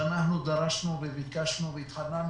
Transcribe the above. שאנחנו דרשנו וביקשנו והתחננו.